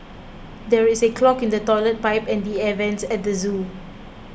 there is a clog in the Toilet Pipe and the Air Vents at the zoo